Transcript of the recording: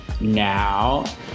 now